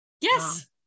Yes